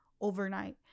overnight